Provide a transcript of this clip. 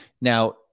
Now